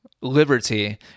liberty